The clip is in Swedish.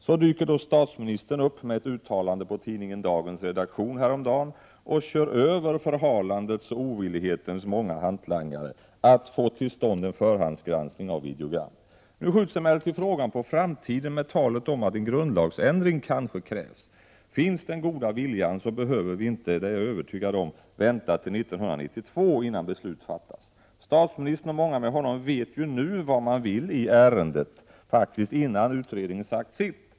Häromdagen dök så statsministern upp med ett uttalande på tidningen Dagens redaktion, i vilket han kör över förhandlandets och ovillighetens många hantlangare i frågan om förhandsgranskning av videogram. Nu skjuts emellertid frågan på framtiden med talet om att en grundlagsändring kanske krävs. Finns den goda viljan, så behöver vi inte — det är jag övertygad om — vänta till år 1992 innan beslut fattas. Statsministern och många med honom vet ju faktiskt vad man vill i ärendet — innan utredningen sagt sitt.